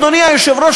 אדוני היושב-ראש,